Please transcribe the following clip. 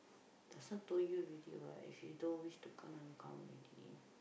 just now told you already what if you don't wish to then don't come already